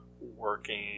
working